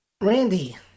Randy